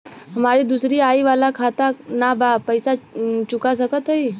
हमारी दूसरी आई वाला खाता ना बा पैसा चुका सकत हई?